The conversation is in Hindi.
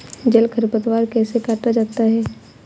जल खरपतवार कैसे काटा जाता है?